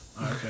Okay